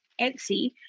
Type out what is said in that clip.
Etsy